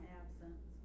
absence